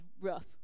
rough